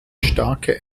starke